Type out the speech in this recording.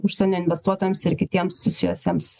užsienio investuotojams ir kitiems susijusiems